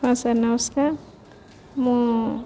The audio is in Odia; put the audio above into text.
ହଁ ସାର୍ ନମସ୍କାର ମୁଁ